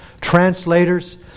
translators